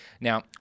Now